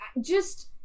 just-